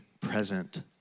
present